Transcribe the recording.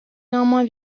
néanmoins